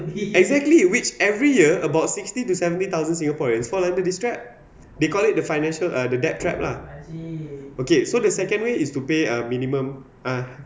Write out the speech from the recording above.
exactly which every year about sixty to seventy thousand singaporeans fall under this trap they call it the financial uh the debt trap ah okay so the second way is to pay a minimum eh